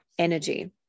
Energy